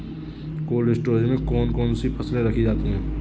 Cold storage में कौन कौन सी फसलें रखी जाती हैं?